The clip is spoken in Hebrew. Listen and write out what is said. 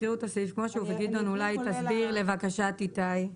תקריאו את הסעיף כמו שהוא וגדעון אולי תסביר לבקשת איתי.